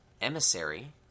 Emissary